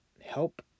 Help